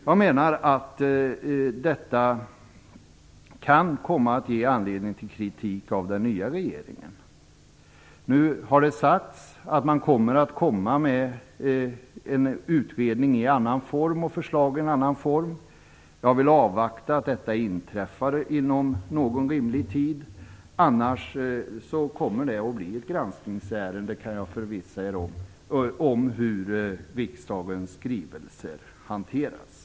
Jag menar att det kan komma att ge anledning till kritik av den nya regeringen. Nu har det sagts att det kommer en utredning i en annan form och förslag i en annan form. Jag vill avvakta att detta inträffar inom rimlig tid. Annars kommer det att bli ett granskningsärende om hur riksdagens skrivelser hanteras.